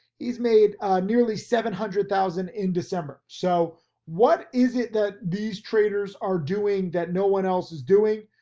he's made nearly seven hundred thousand in december. so what is it that these traders are doing that no one else is doing?